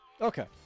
okay